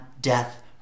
death